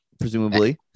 Presumably